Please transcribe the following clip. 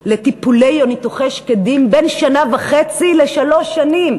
לטיפולי או לניתוחי שקדים בין שנה וחצי לשלוש שנים,